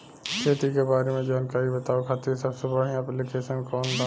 खेती के बारे में जानकारी बतावे खातिर सबसे बढ़िया ऐप्लिकेशन कौन बा?